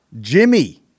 Jimmy